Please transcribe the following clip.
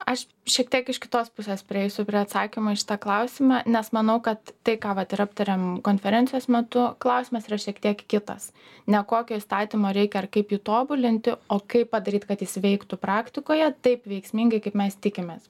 aš šiek tiek iš kitos pusės prieisiu prie atsakymo į šitą klausimą nes manau kad tai ką vat ir aptarėm konferencijos metu klausimas yra šiek tiek kitas ne kokio įstatymo reikia ar kaip jį tobulinti o kaip padaryt kad jis veiktų praktikoje taip veiksmingai kaip mes tikimės